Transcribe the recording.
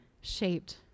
shaped